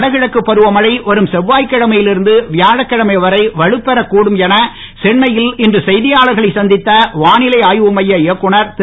வடகிழக்கு பருவ மழை வரும் செவ்வாய் கிழமையிலிருந்து வியாழன் கிழமை வரை வலுப்பெற கூடும் என சென்னையில் இன்று செய்தியாளர்களை சந்தித்த வானிலை ஆய்வு மைய இயக்குனர் திரு